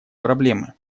проблемы